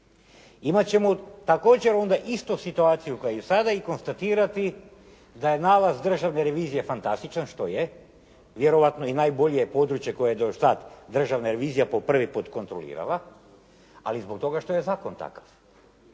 Imat ćemo također onda isto situaciju kao i sada i konstatirati da je nalaz državne revizije fantastičan, što je, vjerovatno i najbolje područje koje dosad državna revizija po prvi put kontrolirala, ali zbog toga što je zakon takav.